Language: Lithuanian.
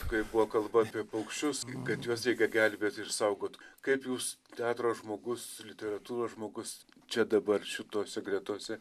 kai buvo kalba apie paukščius kad juos reikia gelbėt ir saugot kaip jūs teatro žmogus literatūros žmogus čia dabar šitose gretose